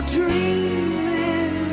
dreaming